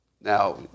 Now